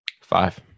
Five